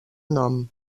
nom